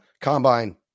combine